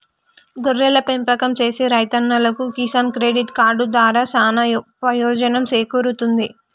గొర్రెల పెంపకం సేసే రైతన్నలకు కిసాన్ క్రెడిట్ కార్డు దారా సానా పెయోజనం సేకూరుతుంది